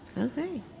Okay